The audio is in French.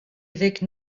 évêque